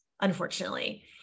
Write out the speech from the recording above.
unfortunately